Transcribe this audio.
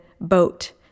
boat